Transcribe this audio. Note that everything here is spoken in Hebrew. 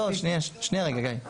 שנייה רגע, גיא.